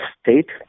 state